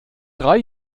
drei